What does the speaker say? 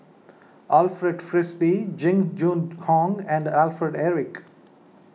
Alfred Frisby Jing Jun Hong and Alfred Eric